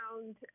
found